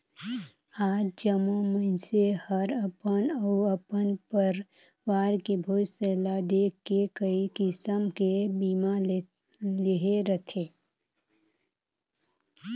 आज जम्मो मइनसे हर अपन अउ अपन परवार के भविस्य ल देख के कइ किसम के बीमा लेहे रथें